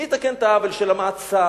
מי יתקן את העוול של המעצר?